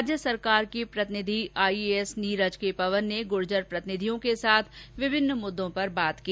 राज्य सरकार के प्रतिनिधि आईएएस नीरज के पवन ने गुर्जर प्रतिनिधियों के साथ विभिन्न मुद्दों पर बात की